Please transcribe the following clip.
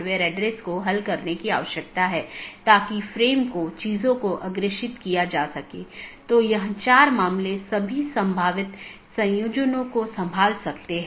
अंत में ऐसा करने के लिए आप देखते हैं कि यह केवल बाहरी नहीं है तो यह एक बार जब यह प्रवेश करता है तो यह नेटवर्क के साथ घूमता है और कुछ अन्य राउटरों पर जाता है